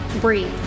breathe